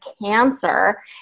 cancer